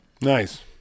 Nice